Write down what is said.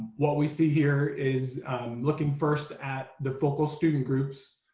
what we see here is looking first at the focal student groups.